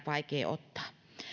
vaikea ottaa